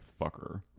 fucker